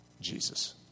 Jesus